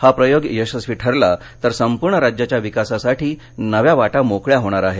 हा प्रयोग यशस्वी ठरला तर संपूर्ण राज्याच्या विकासासाठी नव्या वाटा मोकळ्या होणार आहेत